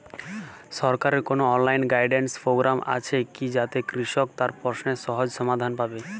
সরকারের কোনো online guidance programme আছে কি যাতে কৃষক তার প্রশ্নের সহজ সমাধান পাবে?